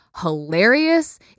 hilarious